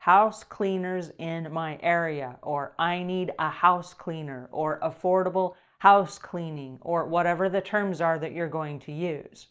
house cleaners in my area? or i need a housecleaner or affordable housecleaning or whatever the terms are that you're going to use.